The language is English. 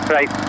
Right